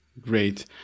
great